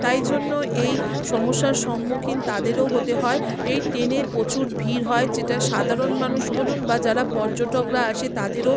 তাই জন্য এই সমস্যার সম্মুখীন তাদেরও হতে হয় এই ট্রেনে প্রচুর ভিড় হয় যেটা সাধারণ মানুষ বলুন বা যারা পর্যটকরা আসে তাদেরও